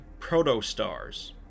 protostars